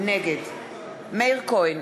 נגד מאיר כהן,